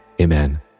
amen